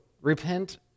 Repent